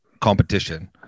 competition